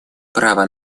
право